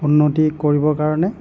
উন্নতি কৰিবৰ কাৰণে